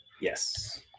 Yes